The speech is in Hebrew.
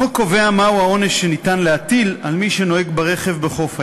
החוק קובע מהו העונש שניתן להטיל על מי שנוהג ברכב בחוף הים.